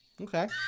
Okay